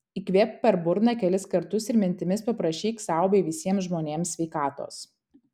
įkvėpk per burną kelis kartus ir mintimis paprašyk sau bei visiems žmonėms sveikatos